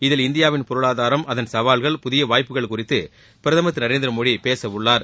இதில் இந்தியாவின் பொருளாதாரம் அதன் சவால்கள் புதிய வாய்ப்புகள் குறித்து பிரதமர் திரு நரேந்திரமோடி பேசவுள்ளார்